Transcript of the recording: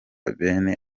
bene